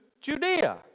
Judea